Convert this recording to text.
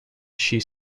she